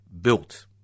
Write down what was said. built